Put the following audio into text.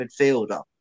midfielder